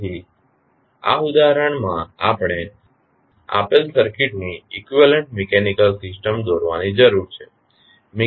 તેથી આ ઉદાહરણમાં આપણે આપેલ સર્કિટ ની ઇકવીવેલન્ટ મિકેનીકલ સિસ્ટમ દોરવાની જરૂર છે મિકેનીકલ સિસ્ટમ આપવામાં આવેલ છે